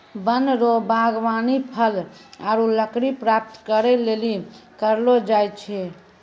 वन रो वागबानी फल आरु लकड़ी प्राप्त करै लेली करलो जाय छै